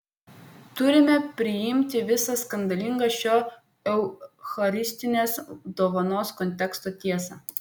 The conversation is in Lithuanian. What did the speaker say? turime priimti visą skandalingą šio eucharistinės dovanos konteksto tiesą